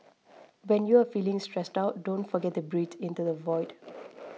when you are feeling stressed out don't forget to breathe into the void